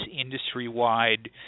industry-wide